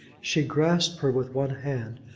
she grasped her with one hand,